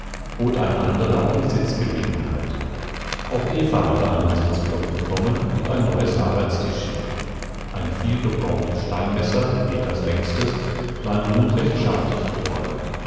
bot ein anderer eine sitzgelegenheit auch eva hatte einen sitzblock bekommen und ein neues arbeitstischchen ein viel gebrauchtes steinmesser peters längstes war nun recht schartig geworden